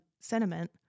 sentiment